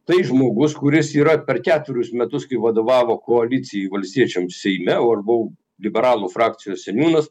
tai žmogus kuris yra per ketverius metus kai vadovavo koalicijai valstiečiams seime o aš buvau liberalų frakcijos seniūnas